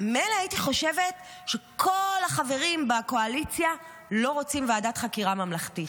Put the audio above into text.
מילא הייתי חושבת שכל החברים בקואליציה לא רוצים ועדת חקירה ממלכתית.